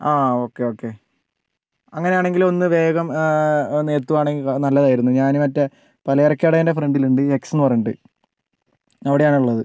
ആ okay okay അങ്ങനെയാണെങ്കിൽ ഒന്ന് വേഗം ഒന്ന് എത്തുകയാണെങ്കിൽ നല്ലതായിരുന്നു ഞാൻ മറ്റേ പലചരക്ക് കടേൻ്റെ ഫ്രണ്ടിലുണ്ട് ഈ എക്സെന്ന് പറഞ്ഞിട്ട് അവിടെയാണ് ഉള്ളത്